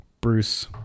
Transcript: Bruce